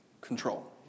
control